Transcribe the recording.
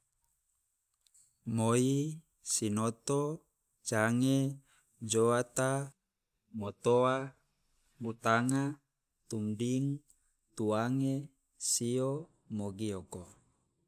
Moi, sinoto, jange, joata, motoa, butanga, tumding, tuange, sio, mogioko.